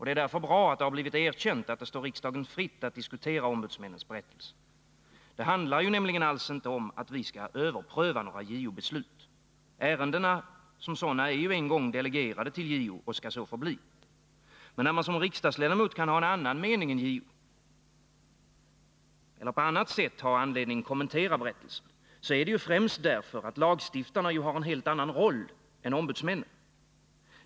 Det är därför bra att det har blivit erkänt att det står riksdagen fritt att diskutera ombudsmännens berättelse. Det handlar ju nämligen inte alls om att vi skall överpröva några JO-beslut. Ärendena som sådana är en gång delegerade till JO och skall så förbli. När man som riksdagsledamot kan ha en annan mening än JO eller på annat sätt ha anledning kommentera berättelsen, så är det främst därför att lagstiftarna har en helt annan roll än ombudsmännen.